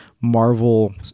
marvel